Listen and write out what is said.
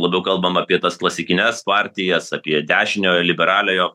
labiau kalbam apie tas klasikines partijas apie dešiniojo liberaliojo